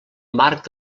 marc